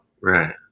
Right